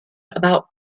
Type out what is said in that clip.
about